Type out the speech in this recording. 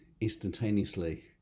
instantaneously